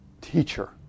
teacher